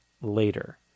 later